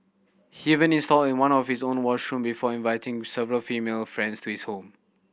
he even installed in one of his own washroom before inviting several female friends to his home